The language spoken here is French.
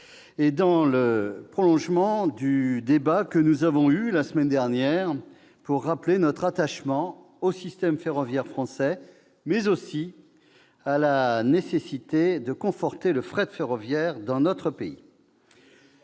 et dans le prolongement du débat que nous avons eu la semaine dernière, pour rappeler notre attachement au système ferroviaire français, mais aussi la nécessité de conforter le fret ferroviaire dans notre pays.